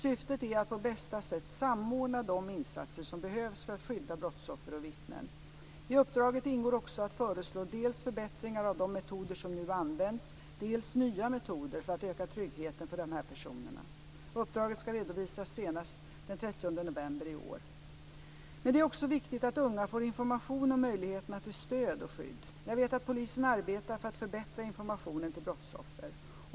Syftet är att på bästa sätt samordna de insatser som behövs för att skydda brottsoffer och vittnen. I uppdraget ingår också att föreslå dels förbättringar av de metoder som nu används, dels nya metoder för att öka tryggheten för dessa personer. Uppdraget ska redovisas senast den 30 november i år. Men det är också viktigt att unga får information om möjligheterna till stöd och skydd. Jag vet att polisen arbetar för att förbättra informationen till brottsoffer.